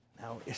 Now